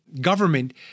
government